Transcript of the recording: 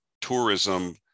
tourism